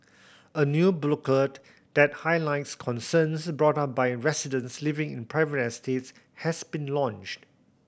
a new booklet that highlights concerns brought up by residents living in private estates has been launched